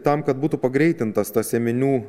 tam kad būtų pagreitintas tas ėminių